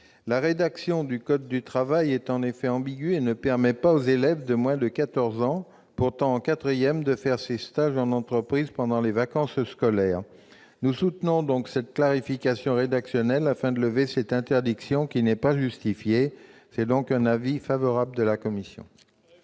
La rédaction du code du travail est ambiguë et ne permet pas aux élèves de moins de quatorze ans, pourtant en quatrième, de faire ces stages en entreprise pendant les vacances scolaires. Nous soutenons donc cette clarification rédactionnelle visant à lever une interdiction qui n'est pas justifiée. La commission